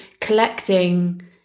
collecting